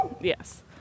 Yes